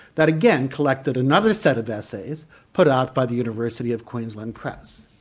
that again collected another set of essays put out by the university of queensland press.